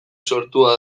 sortua